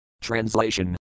Translation